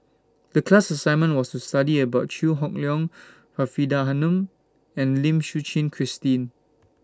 The class assignment was to study about Chew Hock Leong Faridah Hanum and Lim Suchen Christine